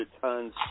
tons